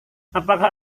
apakah